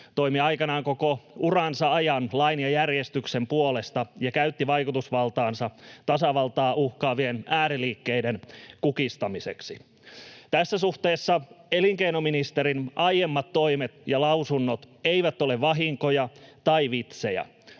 toimi aikanaan koko uransa ajan lain ja järjestyksen puolesta ja käytti vaikutusvaltaansa tasavaltaa uhkaavien ääriliikkeiden kukistamiseksi. Tässä suhteessa elinkeinoministerin aiemmat toimet ja lausunnot eivät ole vahinkoja tai vitsejä,